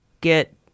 get